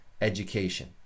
education